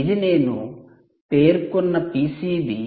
ఇది నేను పేర్కొన్న పిసిబి